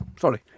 Sorry